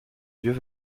vieux